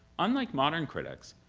unlike modern critics,